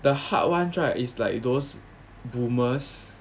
the hard ones right is like those boomers